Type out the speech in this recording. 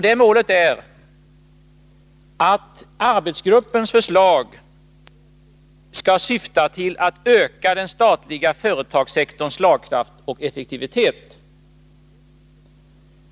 Det målet är att arbetsgruppens förslag skall syfta till att öka den statliga företagssektorns slagkraft och effektivitet.